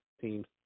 team's